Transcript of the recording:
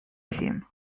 him